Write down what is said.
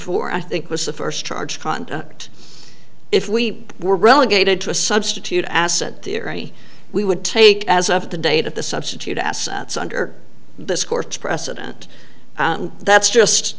four i think was the first charge conduct if we were relegated to a substitute asset theory we would take as of the date of the substitute assets under this court's precedent that's just